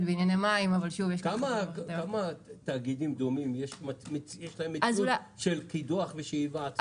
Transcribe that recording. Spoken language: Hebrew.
כמה תאגידים דומים יש להם- -- של קידוח ושאיבה עצמית?